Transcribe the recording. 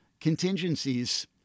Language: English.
contingencies